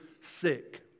sick